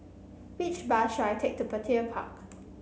which bus should I take to Petir Park